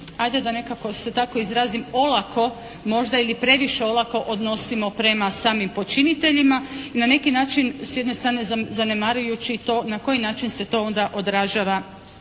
ajde da nekako se tako izrazim olako možda ili previše olako odnosimo prema samim počiniteljima na neki način s jedne strane zanemarujući to na koji način se to onda odražava